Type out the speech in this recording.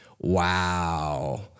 wow